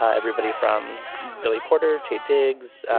ah everybody from billy porter taye diggs